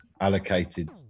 allocated